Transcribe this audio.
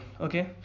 okay